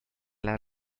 las